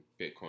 Bitcoin